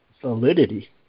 solidity